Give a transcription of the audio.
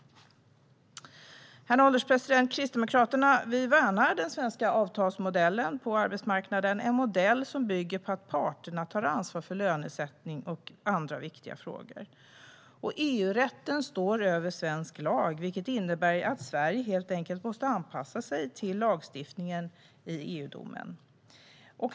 Herr ålderspresident! Kristdemokraterna värnar den svenska avtalsmodellen på arbetsmarknaden, en modell som bygger på att parterna tar ansvar för lönesättning och andra viktiga frågor. EU-rätten står över svensk lag, vilket innebär att Sverige helt enkelt måste anpassa sig till lagstiftningen i EU-domen.